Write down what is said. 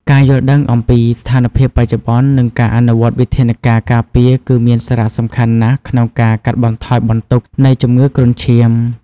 ការយល់ដឹងអំពីស្ថានភាពបច្ចុប្បន្ន និងការអនុវត្តវិធានការការពារគឺមានសារៈសំខាន់ណាស់ក្នុងការកាត់បន្ថយបន្ទុកនៃជំងឺគ្រុនឈាម។